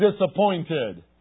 Disappointed